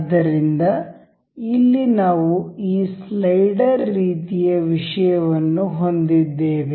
ಆದ್ದರಿಂದ ಇಲ್ಲಿ ನಾವು ಈ ಸ್ಲೈಡರ್ ರೀತಿಯ ವಿಷಯವನ್ನು ಹೊಂದಿದ್ದೇವೆ